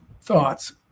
thoughts